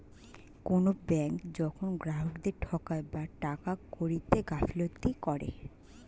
কোনো ব্যাঙ্ক যখন গ্রাহকদেরকে ঠকায় বা টাকা কড়িতে গাফিলতি করে